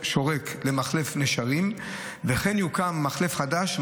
שורק למחלף נשרים וכן יוקם מחלף חדש,